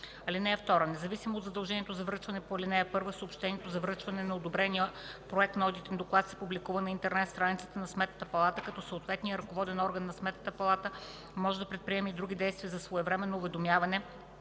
т. 1. (2) Независимо от задължението за връчване по ал. 1, съобщението за връчването на одобрения проект на одитен доклад се публикува на интернет страницата на Сметната палата, като съответният ръководен орган на Сметната палата може да предприеме и други действия за своевременно уведомяване